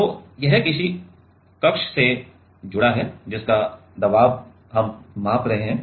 तो यह किसी कक्ष से जुड़ा है जिसका दबाव हम माप रहे हैं